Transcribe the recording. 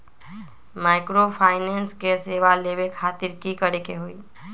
Microfinance के सेवा लेबे खातीर की करे के होई?